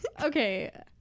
Okay